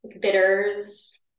bitters